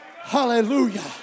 hallelujah